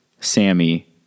Sammy